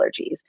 allergies